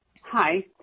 Hi